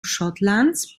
schottlands